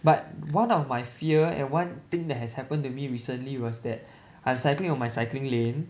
but one of my fear and one thing that has happened to me recently was that I'm cycling on my cycling lane